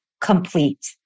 complete